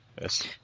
yes